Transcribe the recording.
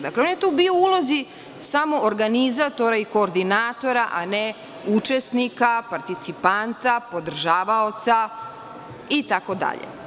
Dakle, on je tu bio u ulozi samo organizatora i koordinatora, a ne učesnika, participanta, podržavaoca itd.